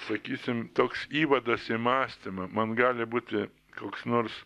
sakysim toks įvadas į mąstymą man gali būti koks nors